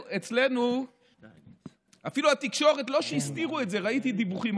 מנסור פה יתפטר?